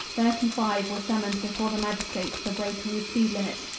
thirty-five were summoned before the magistrates for breaking the speed limit.